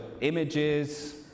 images